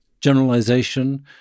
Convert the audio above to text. generalization